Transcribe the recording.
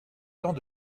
temps